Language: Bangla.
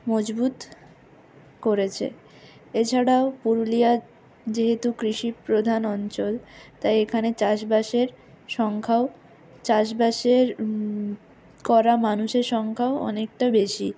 মজবুত করেছে এছাড়াও পুরুলিয়া যেহেতু কৃষিপ্রধান অঞ্চল তাই এখানে চাষ বাসের সংখ্যাও চাষ বাসের করা মানুষের সংখ্যাও অনেকটা বেশি